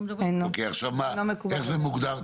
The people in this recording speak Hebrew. זה לא מקובל.